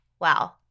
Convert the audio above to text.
Wow